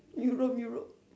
Europe Europe